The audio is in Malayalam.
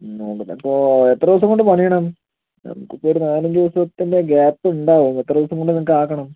നോക്കട്ടെ അപ്പോൾ എത്ര ദിവസം കൊണ്ട് പണിയണം നമുക്കിപ്പം ഒരു നാലഞ്ച് ദിവസത്തിൻ്റെ ഗ്യാപ്പുണ്ടാകും എത്ര ദിവസം കൊണ്ട് നിങ്ങൾക്കാക്കണം